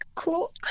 cool